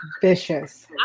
Vicious